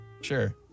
Sure